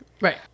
Right